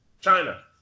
China